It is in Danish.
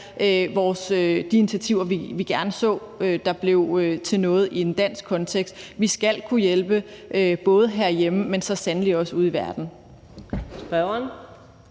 de initiativer, vi gerne så blev til noget i en dansk kontekst. Vi skal kunne hjælpe både herhjemme, men så sandelig også ude i verden.